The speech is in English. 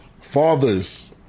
Fathers